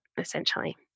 essentially